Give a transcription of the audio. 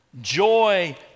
Joy